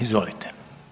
Izvolite.